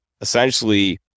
essentially